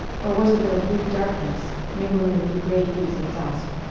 or was it their blue darkness mingling with the gray hues of dusk?